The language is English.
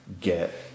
get